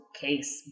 case